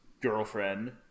girlfriend